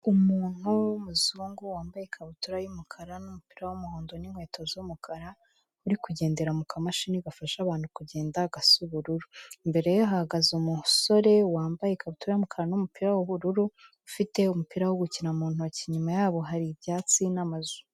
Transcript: Umuntu w'umuzungu wambaye ikabutura y'umukara n'umupira w'umuhondo n'inkweto z'umukara, uri kugendera mu kamashini gafasha abantu kugenda gasa ubururu, imbere ye hahagaze umusore wambaye ikabutura y'umukara n'umupira w'ubururu, ufite umupira wo gukina mu ntoki, inyuma yabo hari ibyatsi n'amazu.